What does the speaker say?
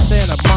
Santa